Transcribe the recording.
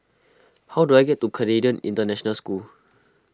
how do I get to Canadian International School